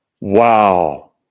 Wow